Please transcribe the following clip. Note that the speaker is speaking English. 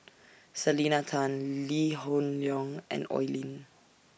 Selena Tan Lee Hoon Leong and Oi Lin